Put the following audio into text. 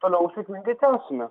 toliau sėkmingai tęsime